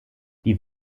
die